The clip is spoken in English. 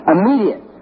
Immediate